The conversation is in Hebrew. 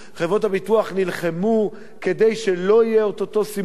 חברות הביטוח נלחמו כדי שלא יהיה אותו סימון,